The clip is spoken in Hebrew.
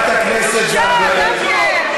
חברת הכנסת זנדברג.